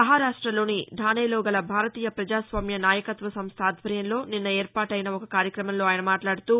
మహారాష్టలోని ధానేలోగల భారతీయ పజాస్వామ్య నాయకత్వ సంస్ట ఆధ్వర్యంలో నిన్న ఏర్పాటైన ఒక కార్యక్రమంలో ఆయన మాట్లాదుతూ